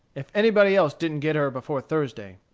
if somebody else didn't get her before thursday.